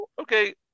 Okay